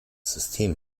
system